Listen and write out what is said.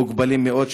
מוגבלים מאוד,